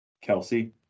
Kelsey